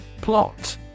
Plot